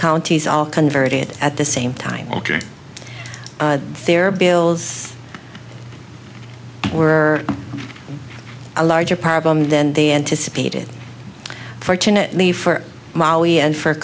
counties all converted at the same time ok their bills were a larger problem than they anticipated for